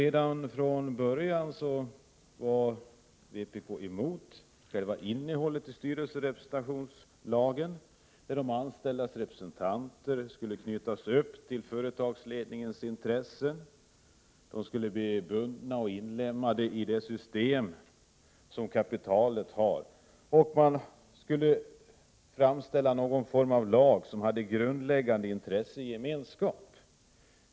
Redan från början var vpk emot själva innehållet i styrelserepresentationslagen. De anställdas representanter skulle knytas upp till företagsledningens intressen och skulle bli bundna och inlemmade i det system som kapitalet har. Man skulle framställa någon form av lag som hade grundläggande intressegemenskap.